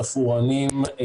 תפאורנים,